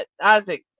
Isaac